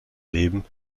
leben